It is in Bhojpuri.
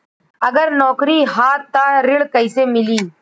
अगर नौकरी ह त ऋण कैसे मिली?